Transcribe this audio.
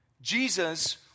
Jesus